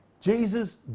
Jesus